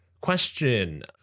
question